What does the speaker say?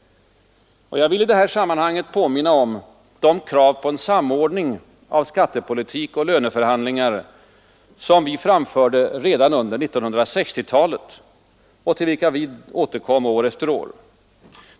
Jag vill i detta sammanhang påminna om de krav på en samordning av skattepolitik och löneförhandlingar som vi framförde redan under 1960-talet och till vilka vi återkom år efter år.